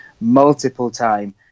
multiple-time